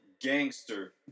gangster